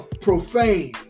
profane